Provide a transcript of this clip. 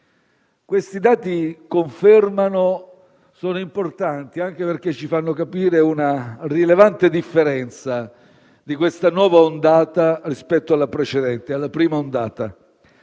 Questi dati sono importanti, anche perché ci fanno capire che c'è una rilevante differenza di questa nuova ondata rispetto alla precedente, la prima ondata.